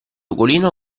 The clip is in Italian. ugolino